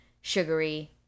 sugary